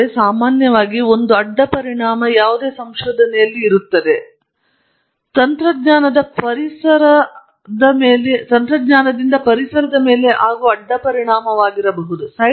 ಆದರೆ ಸಾಮಾನ್ಯವಾಗಿ ಉದಾಹರಣೆಗೆ ಒಂದು ಅಡ್ಡ ಪರಿಣಾಮವನ್ನು ಹೊಂದಿದೆ ಇದು ತಂತ್ರಜ್ಞಾನದ ಪರಿಸರ ಅಡ್ಡ ಪರಿಣಾಮವಾಗಿರಬಹುದು